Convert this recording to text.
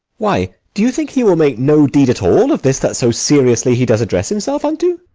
why, do you think he will make no deed at all of this that so seriously he does address himself unto?